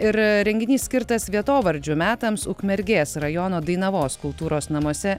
ir renginys skirtas vietovardžių metams ukmergės rajono dainavos kultūros namuose